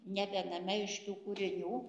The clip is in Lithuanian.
ne viename iš tų kūrinių